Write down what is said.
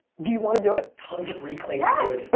do you wanna do it? tons of reclaimed